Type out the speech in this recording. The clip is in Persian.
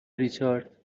ریچارد